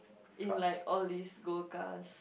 in like all these gold cars